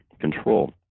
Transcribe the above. control